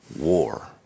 war